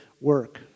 Work